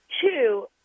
Two